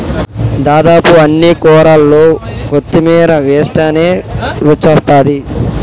దాదాపు అన్ని కూరల్లో కొత్తిమీర వేస్టనే రుచొస్తాది